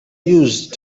used